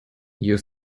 you